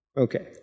Okay